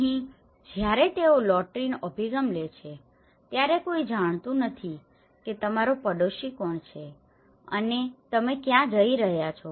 અહીં જ્યારે તેઓ લોટરીનો અભિગમ લે છે ત્યારે કોઈ જાણતું નથી કે તમારો પાડોશી કોણ છે અને તમે ક્યા જઇ રહ્યા છો